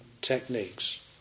techniques